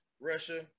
Russia